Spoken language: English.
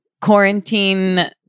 quarantine